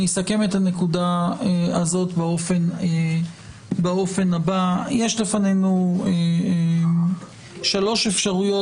אסכם את הנקודה הזאת באופן הבא: יש לפנינו שלוש אפשרויות